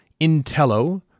Intello